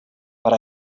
but